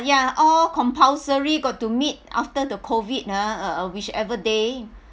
ya all compulsory got to meet after the COVID ah uh uh whichever day